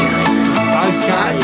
okay